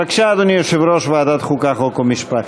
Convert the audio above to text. בבקשה, אדוני יושב-ראש ועדת החוקה, חוק ומשפט.